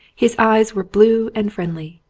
his eyes were blue and friendly.